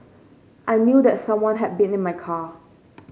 I knew that someone have been in my car